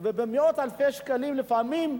ובמאות אלפי שקלים לפעמים,